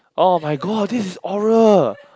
[oh]-my-god this is oral